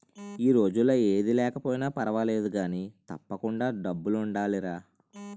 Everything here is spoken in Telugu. ఈ రోజుల్లో ఏది లేకపోయినా పర్వాలేదు కానీ, తప్పకుండా డబ్బులుండాలిరా